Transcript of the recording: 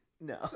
No